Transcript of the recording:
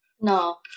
No